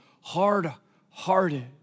hard-hearted